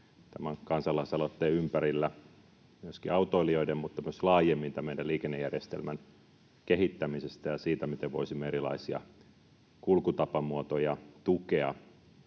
kansalaisaloitteen ympärillä, autoilusta mutta myös laajemmin meidän liikennejärjestelmän kehittämisestä ja siitä, miten voisimme erilaisia kulkutapamuotoja tukea.